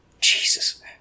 Jesus